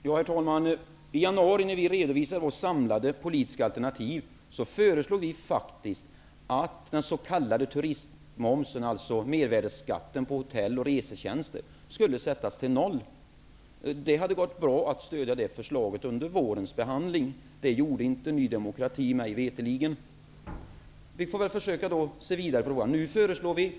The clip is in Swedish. Herr talman! I januari, när vi redovisade våra samlade politiska alternativ, föreslog vi att den s.k. turistmomsen, mervärdesskatten på hotell och resetjänster, skulle sättas till noll. Det hade gått bra att stödja det förslaget under vårens behandling. Det gjorde inte Ny demokrati mig veterligt. Vi får försöka se vidare på de här frågorna.